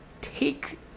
take